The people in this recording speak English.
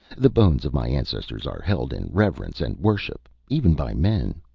the bones of my ancestors are held in reverence and worship, even by men.